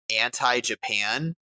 anti-Japan